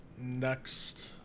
next